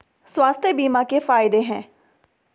स्वास्थ्य बीमा के फायदे हैं?